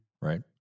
right